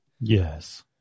Yes